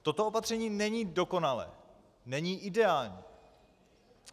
Toto opatření není dokonalé, není ideální.